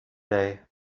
day